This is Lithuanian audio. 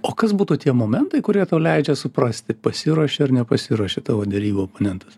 o kas būtų tie momentai kurie tau leidžia suprasti pasiruošė ar nepasiruošė tavo derybų oponentas